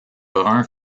brun